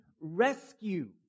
rescue